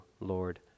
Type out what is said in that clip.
Lord